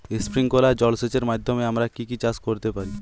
Sprinkler জলসেচের মাধ্যমে আমরা কি কি চাষ করতে পারি?